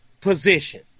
position